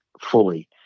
fully